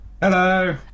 Hello